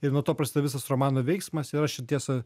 ir nuo to prasideda visas romano veiksmas ir aš čia tiesa